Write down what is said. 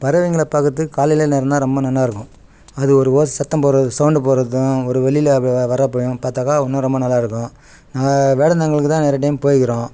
பறவைங்களை பார்க்கறதுக்கு காலையில் நேரம்தான் ரொம்ப நல்லா இருக்கும் அது ஒரு ஓ சத்தம் போடுறது சௌண்டு போடுறதும் ஒரு வெளியில் வே வரப்பையும் பார்த்தாக்கா இன்னும் ரொம்ப நல்லா இருக்கும் நான் வேடந்தாங்களுக்கு தான் நிறைய டைம் போயிருக்கிறோம்